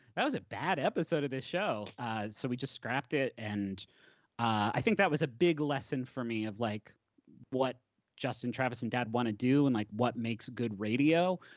that was a bad episode of this show. so we just scrapped it, and i think that was a big lesson for me of like what justin, travis, and dad wanna do and like what makes good radio